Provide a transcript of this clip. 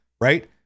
right